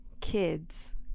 kids